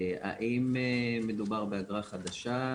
האם מדובר באגרה חדשה?